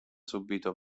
subito